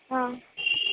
অঁ